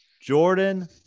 Jordan